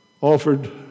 offered